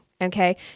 Okay